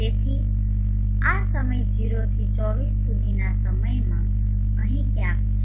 તેથી આ સમય 0 થી 24 સુધીના સમયમાં અહીં ક્યાંક છે